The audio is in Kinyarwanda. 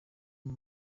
b’i